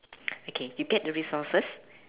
okay you get the resources